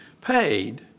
paid